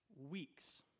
Weeks